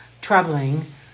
troubling